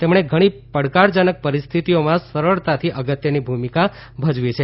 તેમણે ઘણી પડકારજનક પરિસ્થિતિઓમાં સરળતાથી અગત્યની ભૂમિકા ભજવી છે